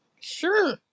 sure